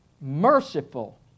merciful